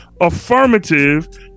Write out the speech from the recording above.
affirmative